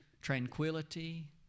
tranquility